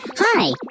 Hi